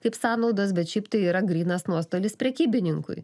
kaip sąnaudos bet šiaip tai yra grynas nuostolis prekybininkui